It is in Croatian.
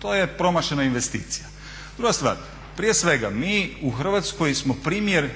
To je promašena investicija. Druga stvar, prije svega mi u Hrvatskoj smo primjer